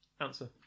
Answer